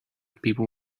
people